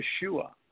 Yeshua